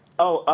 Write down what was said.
oh,